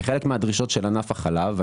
כחלק מהדרישות של ענף החלב,